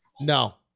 no